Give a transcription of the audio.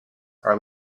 are